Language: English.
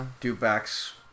do-backs